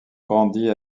grandit